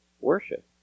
worship